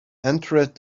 entered